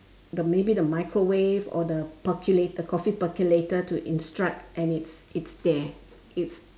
the maybe the microwave or the percolator the coffee percolator to instruct and it's it's there it's